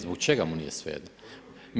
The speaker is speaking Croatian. Zbog čega mu nije svejedno?